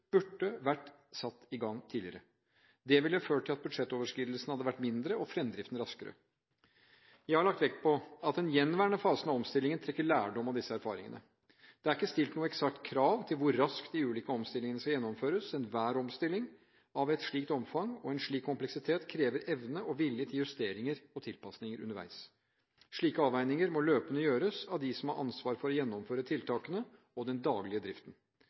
burde ha vært satt i gang tidligere. Det ville ført til at budsjettoverskridelsene hadde vært mindre og fremdriften raskere. Jeg har lagt vekt på at en i den gjenværende fasen av omstillingen trekker lærdom av disse erfaringene. Det er ikke stilt noe eksakt krav til hvor raskt de ulike omstillingene skal gjennomføres. Enhver omstilling av et slikt omfang og en slik kompleksitet krever evne og vilje til justeringer og tilpasninger underveis. Slike avveininger må løpende gjøres av dem som har ansvar for å gjennomføre tiltakene og den daglige driften.